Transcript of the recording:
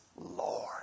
Lord